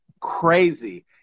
crazy